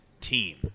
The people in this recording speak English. team